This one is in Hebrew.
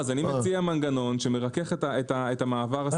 אני מציע מנגנון שירכך את המעבר.